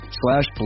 slash